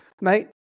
Mate